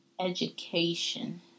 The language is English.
education